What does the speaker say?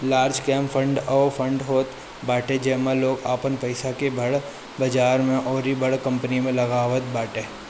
large cap fund उ fund होत बाटे जेमे लोग आपन पईसा के बड़ बजार अउरी बड़ कंपनी में लगावत बाटे